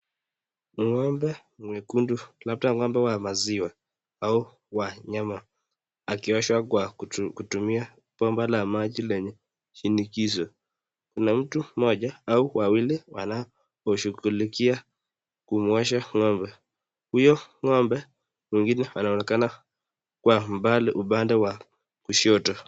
Ng'ombe mwekundu, labda ng'ombe wa maziwa au wa nyama. Akioshwa kwa kutumia bomba la maji lenye shinikizo. Kuna mtu mmoja au wawili wanaoshughulikia kumuosha ng'ombe, huyo ng'ombe mwingine anaonekana kwa umbali upande wa kushoto.